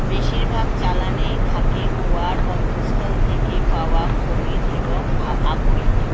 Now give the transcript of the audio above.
বেশিরভাগ চালানেই থাকে গোয়ার অন্তঃস্থল থেকে পাওয়া খনিজ এবং আ আকরিক